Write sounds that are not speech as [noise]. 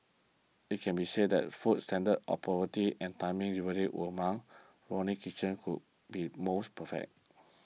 it can be said that food standard affordability and timing delivery [unintelligible] Ronnie Kitchen who be more perfect